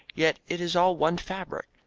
yet it is all one fabric.